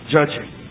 Judging